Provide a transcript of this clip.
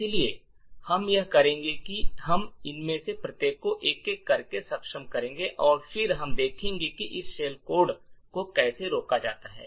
इसलिए हम यह करेंगे कि हम इनमें से प्रत्येक को एक एक करके सक्षम करेंगे और फिर हम देखेंगे कि इस शेल कोड को कैसे रोका जाता है